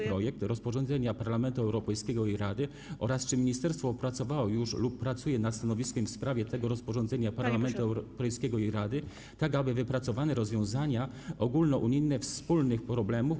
projekt rozporządzenia Parlamentu Europejskiego i Rady oraz czy ministerstwo opracowało już stanowisko lub pracuje nad przygotowaniem stanowiska w sprawie tego rozporządzenia Parlamentu Europejskiego i Rady, tak aby wypracowane rozwiązania ogólnounijne wspólnych problemów.